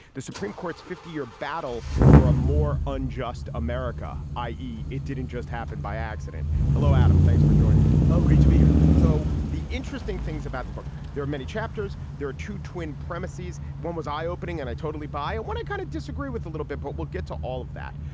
the supreme court's fifty year battle for a more unjust america, i e, it didn't just happen by accident. hello, adam. thanks for joining me. oh, great to be here. so the interesting things about the book, there are many chapters. there are two twin premises. one was eye opening. and i totally buy it when i kind of disagree with a little bit. but we'll get to all of that.